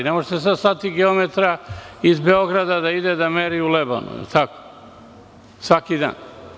Ne možete slati geometra iz Beograda da ide da meri u Lebane svaki dan.